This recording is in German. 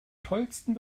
tollsten